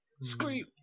Scream